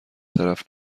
طرف